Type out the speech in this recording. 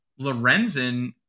Lorenzen